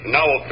Now